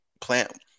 Plant